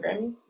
Grammy